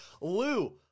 Lou